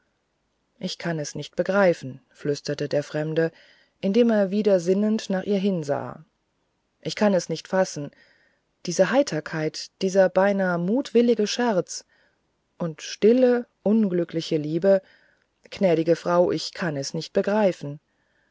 ich kann es nicht begreifen flüsterte der fremde indem er wieder sinnend nach ihr hinsah ich kann es nicht fassen diese heiterkeit dieser beinahe mutwillige scherz und stille unglückliche liebe gnädige frau ich kann es nicht begreifen